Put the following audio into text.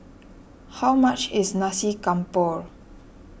how much is Nasi Campur